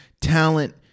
Talent